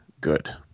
good